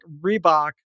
Reebok